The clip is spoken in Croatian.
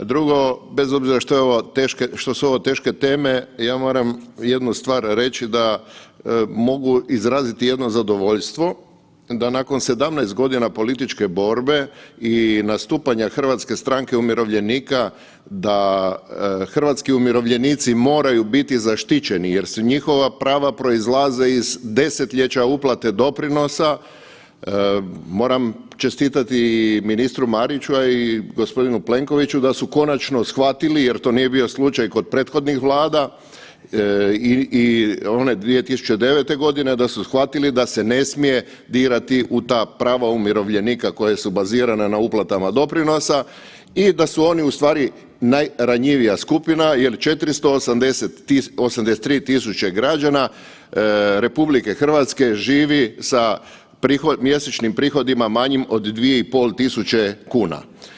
Drugo, bez obzira što su ovo teške teme ja moram jednu stvar reći da mogu izraziti jedno zadovoljstvo da nakon 17 godina političke borbe i nastupanja HSU-a da hrvatski umirovljenici moraju biti zaštićeni jer su njihova prava proizlaze iz desetljeća uplate doprinosa, moram čestitati i ministru Mariću, a i gospodinu Plenkoviću da su konačno shvatili jer to nije bio slučaj kod prethodnih vlada i one 2009. godine, da su shvatili da se ne smije dirati u ta prava umirovljenika koje su bazirane na uplatama doprinosima i da su oni ustvari najranjivija skupina jer 483.000 građana RH živi sa mjesečnim prihodima manjim od 2.500 kuna.